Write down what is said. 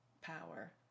power